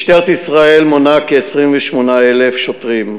משטרת ישראל מונה כ-28,000 שוטרים,